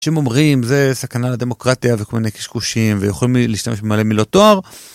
אנשים אומרים זה סכנה לדמוקרטיה וכל מיני קשקושים ויכולים להשתמש במלא מילות תואר.